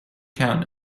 count